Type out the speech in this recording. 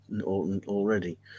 already